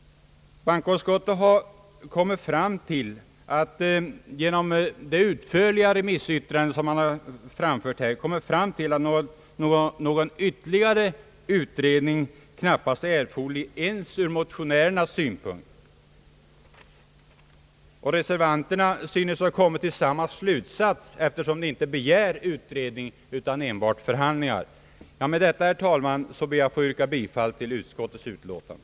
Bankoutskottet har efter det utförliga remissyttrandet kommit till den slutsatsen att någon ytterligare utredning knappast är erforderlig ens ur motionärernas synpunkt. Reservanterna synes ha kommit till samma slutsats eftersom de inte begär utredning utan enbart förhandlingar. Med det anförda ber jag, herr talman, att få yrka bifall till utskottets utlåtande.